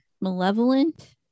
Malevolent